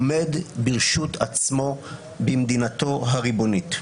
עומד ברשות עצמו במדינתו הריבונית.